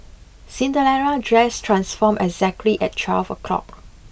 Cinderella's dress transformed exactly at twelve o'clock